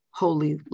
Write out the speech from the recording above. holy